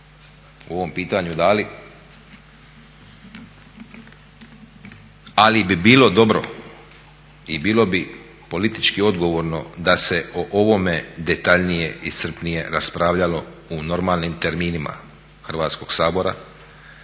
o ovom pitanju dali ali bi bilo dobro i bilo bi politički odgovorno da se o ovome detaljnije i iscrpnije raspravljalo u normalnim terminima Hrvatskog sabora,